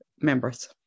members